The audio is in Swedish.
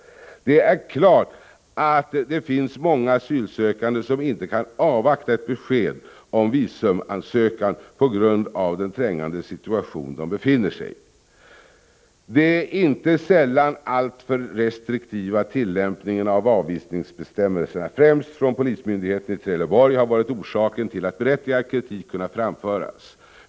Det är klart att det finns många asylsökande som inte kan avvakta ett besked om visumansökan på grund av den trängande situation de befinner sig i. Det är inte sällan den alltför restriktiva tillämpningen av avvisningsbestämmelserna, främst av polismyndigheten i Trelleborg, har varit orsaken till att berättigad kritik har kunnat framföras.